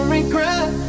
regret